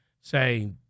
say